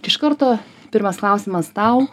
iš karto pirmas klausimas tau